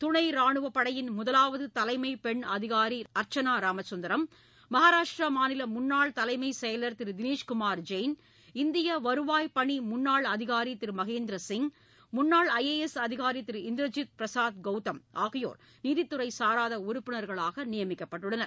துணை ராணுவ படையின் முதலாவது தலைமை பெண் அதிகாரி அர்ச்சனா ராமசுந்தரம் மகாராஷ்டிர மாநில முன்னாள் தலைமை செயலர் திரு தினேஷ்குமார் ஜெயின் இந்திய வருவாய் பணி முன்னாள் அதிகாரி திரு மகேந்திர சிங் முன்னாள் ஐ ஏ எஸ் அதிகாரி திரு இந்திரஜித் பிரசாத் கவுதம் ஆகியோர் நீதித்துறை சாராத உறுப்பினர்களாக நியமிக்கப்பட்டுள்ளனர்